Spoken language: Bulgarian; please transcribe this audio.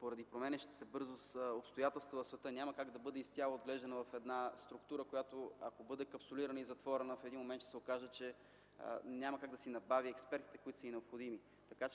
поради променящите се бързо обстоятелства в света няма как да бъде изцяло отглеждана в една структура, която, ако бъде капсулирана и затворена, в един момент ще се окаже, че няма как да си набави експертите, които са й необходими.